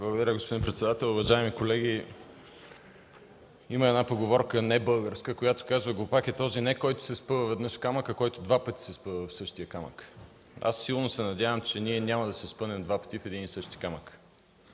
Благодаря, господин председател. Уважаеми колеги, има една небългарска поговорка, която казва: „Глупак е не този, който се спъва веднъж в камък, а който два пъти се спъва в същия камък”. Много силно се надявам, че няма да се спънем два пъти в един и същи камък.